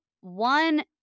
one